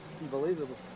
Unbelievable